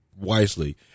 wisely